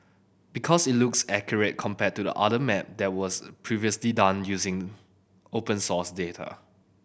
because it looks accurate compared to the another map that was previously done also using open source data